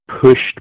pushed